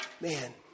Man